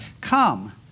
come